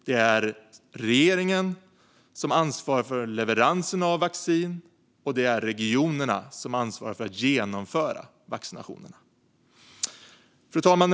Det är regeringen som har ansvar för leveranserna av vaccin, och det är regionerna som har ansvar för att genomföra vaccineringen. Fru talman!